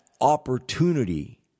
opportunity